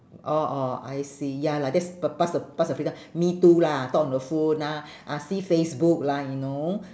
orh orh I see ya lah that's p~ past the past the free time me too lah talk on the phone lah ah see facebook lah you know